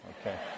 Okay